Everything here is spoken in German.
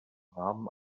rahmen